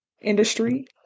industry